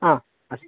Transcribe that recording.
आ अस्य